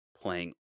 playing